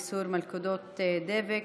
איסור מלכודות דבק),